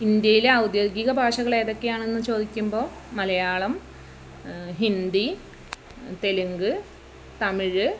ഇന്ത്യയിലെ ഔദ്യോഗിക ഭാഷകളേതൊക്കെയാണെന്ന് ചോദിക്കുമ്പോൾ മലയാളം ഹിന്ദി തെലുങ്ക് തമിഴ്